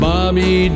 Bobby